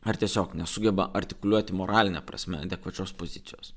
ar tiesiog nesugeba artikuliuoti moraline prasme adekvačios pusryčius